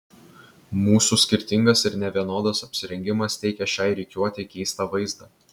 mūsų skirtingas ir nevienodas apsirengimas teikė šiai rikiuotei keistą vaizdą